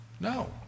No